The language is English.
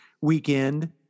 weekend